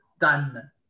Done